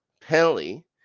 penalty